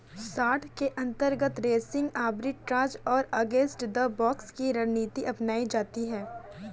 short के अंतर्गत racing arbitrage और अगेंस्ट द बॉक्स की रणनीति अपनाई जाती है